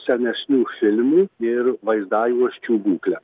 senesnių filmų ir vaizdajuosčių būklę